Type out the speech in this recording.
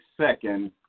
second